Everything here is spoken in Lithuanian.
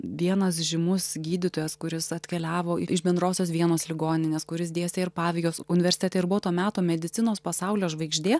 vienas žymus gydytojas kuris atkeliavo iš bendrosios vienos ligoninės kuris dėstė ir pavijos universitete ir buvo to meto medicinos pasaulio žvaigždė